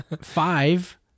Five